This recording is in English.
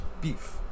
Beef